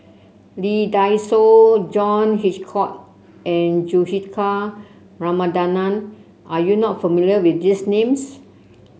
Lee Dai Soh John Hitchcock and Juthika Ramanathan are you not familiar with these names